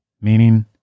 meaning